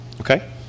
okay